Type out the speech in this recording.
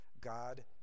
God